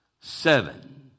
seven